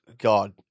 God